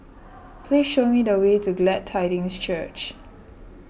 please show me the way to Glad Tidings Church